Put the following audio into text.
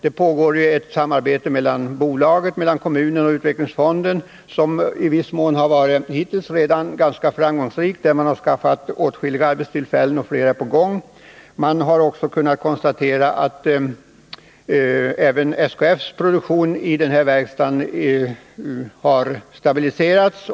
Ett samarbete pågår mellan bolaget, kommunen och utvecklingsfonden som redan har varit i viss mån framgångsrikt. Man har skaffat åtskilliga arbetstillfällen, och flera är på gång. Man har också kunnat konstatera att SKF:s produktion i verkstaden har stabiliserats.